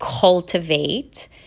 cultivate